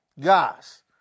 Guys